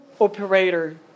Operator